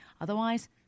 Otherwise